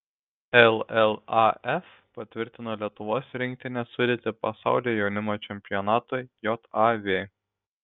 llaf patvirtino lietuvos rinktinės sudėtį pasaulio jaunimo čempionatui jav